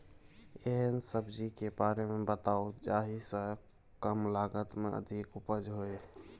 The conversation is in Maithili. एहन सब्जी के बारे मे बताऊ जाहि सॅ कम लागत मे अधिक उपज होय?